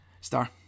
Star